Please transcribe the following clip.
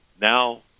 now